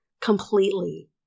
completely